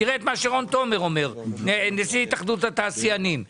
תראה את מה שרון תומר נשיא התאחדות התעשיינים אומר.